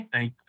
Thank